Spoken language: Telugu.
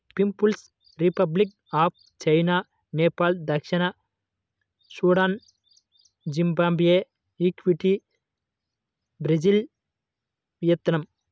peoples republic of China, Nepal దక్షిణ Sudan, Zimbabwe, Egypt, Brazil, Vietnam